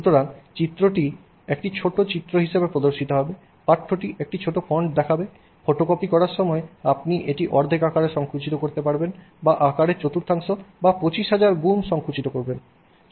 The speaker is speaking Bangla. সুতরাং চিত্রটি একটি ছোট চিত্র হিসাবে প্রদর্শিত হবে পাঠ্যটি একটি ছোট ফন্টের দেখাবে ফটোকপি করার সময় আপনি এটি অর্ধেক আকারে সঙ্কুচিত করতে পারবেন বা আকারের চতুর্থাংশ 25000 বার সঙ্কুচিত করবেন